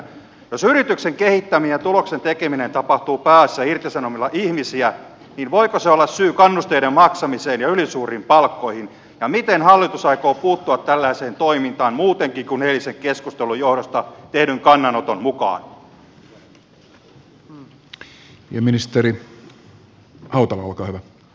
jos yrityksen kehittäminen ja tuloksen tekeminen tapahtuvat pääasiassa irtisanomalla ihmisiä niin voiko se olla syy kannusteiden maksamiseen ja ylisuuriin palkkoihin ja miten hallitus aikoo puuttua tällaiseen toimintaan muutenkin kuin eilisen keskustelun johdosta tehdyn kannanoton mukaan